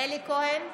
אלי כהן,